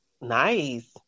nice